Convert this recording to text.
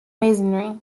masonry